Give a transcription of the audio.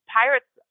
pirates